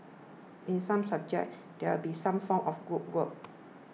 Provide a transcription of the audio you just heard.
in some subjects there be some form of group work